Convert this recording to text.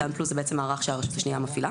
עידן פלוס זה בעצם מערך שהרשות השנייה מפעילה